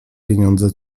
pieniądze